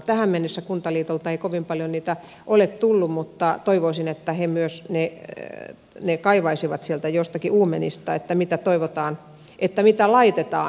tähän mennessä kuntaliitolta ei kovin paljon niitä ole tullut mutta toivoisin että myös he kaivaisivat ne sieltä jostakin uumenista mitä laitetaan